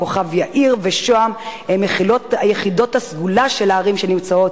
כוכב-יאיר ושוהם הן יחידות הסגולה של הערים שנמצאות